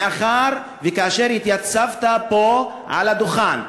מאחר שכאשר התייצבת פה על הדוכן,